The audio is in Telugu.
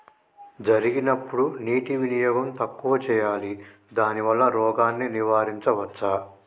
జరిగినప్పుడు నీటి వినియోగం తక్కువ చేయాలి దానివల్ల రోగాన్ని నివారించవచ్చా?